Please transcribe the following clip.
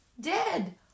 Dead